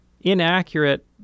inaccurate